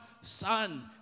son